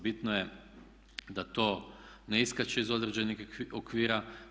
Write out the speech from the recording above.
Bitno je da to ne iskače iz određenih okvira.